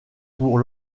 pour